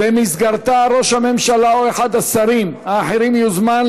ובמסגרתה ראש הממשלה או אחד השרים האחרים יוזמן,